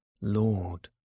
Lord